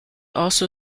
also